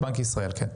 בנק ישראל, כן.